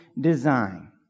design